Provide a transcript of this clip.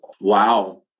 Wow